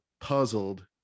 puzzled